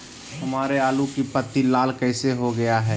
हमारे आलू की पत्ती लाल कैसे हो गया है?